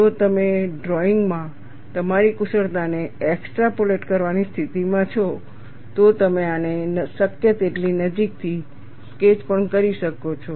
જો તમે ડ્રોઇંગ માં તમારી કુશળતાને એક્સ્ટ્રાપોલેટ કરવાની સ્થિતિમાં છો તો તમે આને શક્ય તેટલી નજીકથી સ્કેચ પણ કરી શકો છો